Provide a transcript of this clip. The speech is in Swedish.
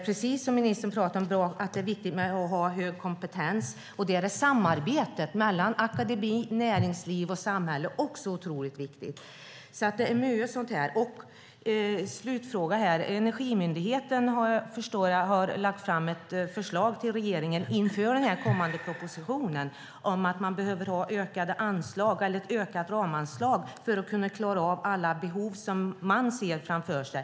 Precis som ministern pratade om är det viktigt att ha hög kompetens. Där är samarbetet mellan akademi, näringsliv och samhälle också otroligt viktigt. Det är mycket sådant. Jag har en slutfråga. Energimyndigheten har, förstår jag, lagt fram ett förslag för regeringen inför den kommande propositionen om att man behöver ha ett ökat ramanslag för att kunna klara av alla behov som man ser framför sig.